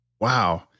Wow